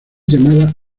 llamada